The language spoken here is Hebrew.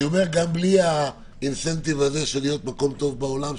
גם בלי ה-incentive הזה של להיות במקום טוב בעולם,